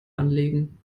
anlegen